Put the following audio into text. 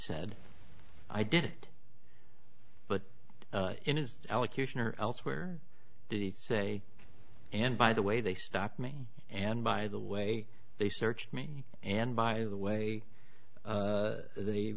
said i did but in his elocution or elsewhere he say and by the way they stopped me and by the way they searched me and by the way they